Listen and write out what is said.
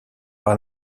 par